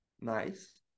nice